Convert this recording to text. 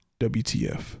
WTF